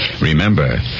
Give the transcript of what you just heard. Remember